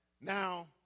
Now